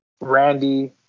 randy